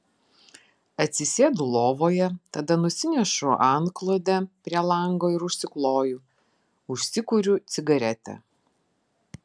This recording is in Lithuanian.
atsisėdu lovoje tada nusinešu antklodę prie lango ir užsikloju užsikuriu cigaretę